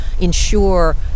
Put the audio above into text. ensure